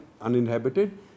uninhabited